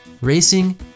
racing